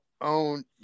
own